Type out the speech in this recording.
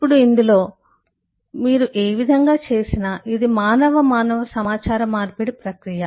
ఇప్పుడు ఇందులో కాబట్టి ఇది మీరు ఏ విధంగా చేసినా ఇది మానవ మానవ సమాచార మార్పిడి ప్రక్రియ